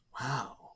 Wow